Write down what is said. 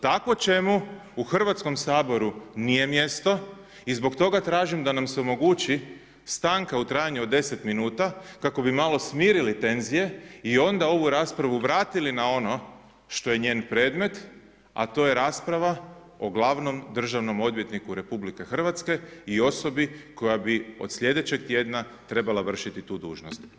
Takvo čemu u Hrvatskom saboru nije mjesto i zbog toga tražim da nam se omogući stanka u trajanju od 10 minuta kako bi malo smirili tenzije i onda ovu raspravu vratili na ono što je njen predmet, a to je rasprava o glavnom državnom odvjetniku Republike Hrvatske i osobi koja bi od sljedećeg tjedna trebala vršiti tu dužnost.